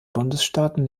bundesstaaten